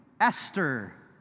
Esther